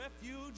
refuge